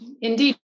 Indeed